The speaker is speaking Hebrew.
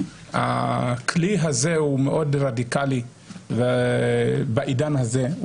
הכלי הזה הוא מאוד ראדיקלי בעידן הזה.